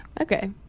Okay